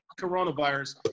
coronavirus